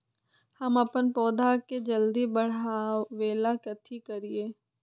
हम अपन पौधा के जल्दी बाढ़आवेला कथि करिए?